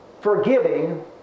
forgiving